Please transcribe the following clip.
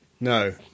no